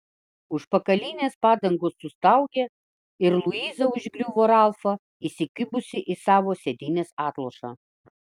užpakalinės padangos sustaugė ir luiza užgriuvo ralfą įsikibusi į savo sėdynės atlošą